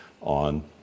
on